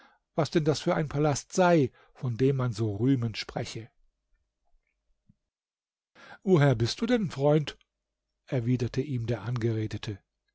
was denn das für ein palast sei von dem man so rühmend spreche woher bist denn du freund erwiderte ihm der angeredete